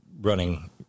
running